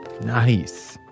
Nice